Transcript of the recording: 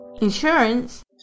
Insurance